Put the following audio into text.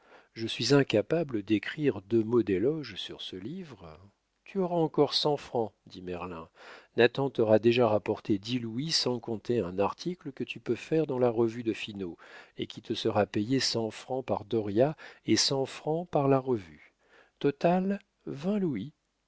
je suis incapable d'écrire deux mots d'éloge sur ce livre tu auras encore cent francs dit merlin nathan t'aura déjà rapporté dix louis sans compter un article que tu peux faire dans la revue de finot et qui te sera payé cent francs par dauriat et cent francs par la revue total vingt louis